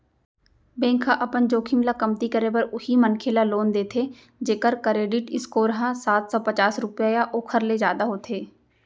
bank ह अपन जोखिम ल कमती करे बर उहीं मनखे ल लोन देथे जेखर करेडिट स्कोर ह सात सव पचास रुपिया या ओखर ले जादा होथे